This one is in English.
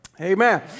amen